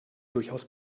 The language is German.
durchaus